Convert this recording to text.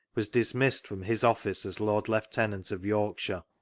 was dis missed from his office as lord lieutenant of york shire.